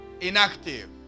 inactive